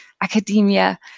academia